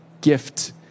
gift